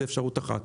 זו אפשרות עכשיו.